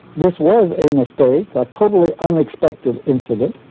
this was a mistake, a totally unexpected incident.